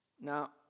Now